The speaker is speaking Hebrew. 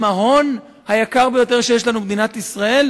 עם ההון היקר ביותר שיש לנו במדינת ישראל,